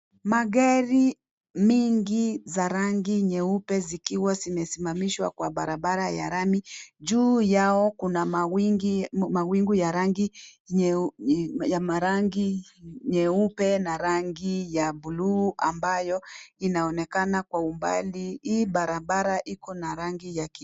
Magari mingi za rangi nyeupe zikiwa zimesimamishwa kwa barabara ya lami, juu yao kuna mawingju ya rangi nyeupe na rangi ya buluu ambayo inaonekana kwa umbali, hii barabara iko na rangi ya ki